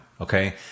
Okay